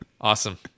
awesome